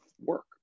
work